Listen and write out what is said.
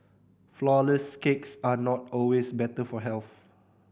flourless cakes are not always better for health